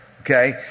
Okay